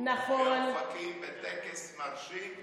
בטקס מרשים,